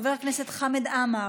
חבר הכנסת חמד עמאר,